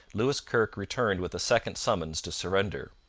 lewis kirke returned with a second summons to surrender.